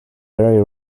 very